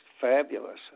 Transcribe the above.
fabulous